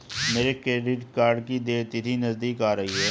मेरे credit card की देय तिथि नज़दीक आ रही है